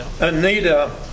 Anita